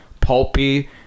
pulpy